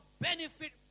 benefit